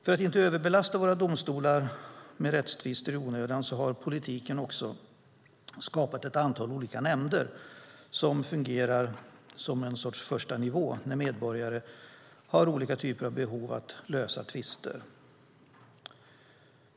För att inte överbelasta våra domstolar med rättstvister i onödan har politiken också skapat ett antal olika nämnder som fungerar som en sorts första nivå när medborgare har olika typer av behov av att lösa tvister.